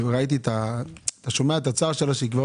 אתה שומע את הצער שלה, שכבר